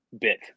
bit